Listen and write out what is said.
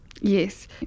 Yes